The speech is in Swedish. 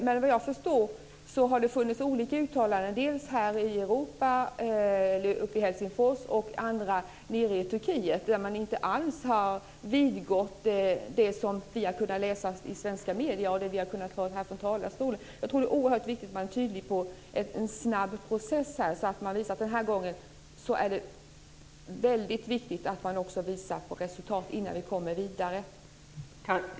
Men såvitt jag förstår har det gjorts olika uttalanden i Helsingfors och i Turkiet, där man inte alls har vidgått det som vi har kunnat läsa i svenska medier och det som vi har kunnat höra härifrån talarstolen. Jag tror att det är oerhört viktigt att man är tydlig i fråga om en snabb process i detta sammanhang, så att man visar på resultat innan vi kommer vidare.